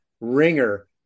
ringer